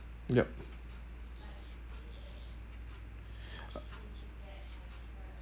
yup